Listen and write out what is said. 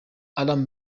alarm